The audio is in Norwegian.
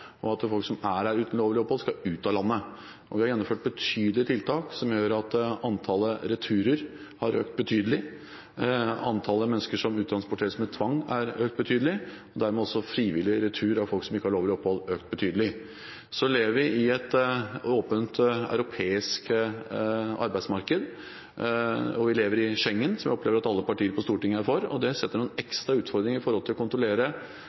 skal ut av landet. Vi har gjennomført betydelige tiltak som gjør at antallet returer har økt betydelig. Antallet mennesker som uttransporteres med tvang, har økt betydelig, og dermed har også frivillig retur av folk som ikke har lovlig opphold, økt betydelig. Vi lever i et åpent europeisk arbeidsmarked, og vi lever i Schengen – som jeg opplever at alle partier på Stortinget er for. Det gir noen ekstra utfordringer når det gjelder å kontrollere mennesker som kommer innenfra Schengen-området og innenfra EU-området, fordi der har vi mindre muligheter til å kontrollere.